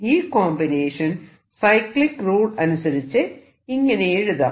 ഈ combination cyclic rule അനുസരിച്ച് ഇങ്ങനെയെഴുതാം